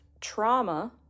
trauma